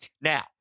Now